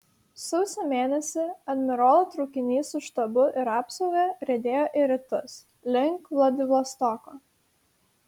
sausio mėnesį admirolo traukinys su štabu ir apsauga riedėjo į rytus link vladivostoko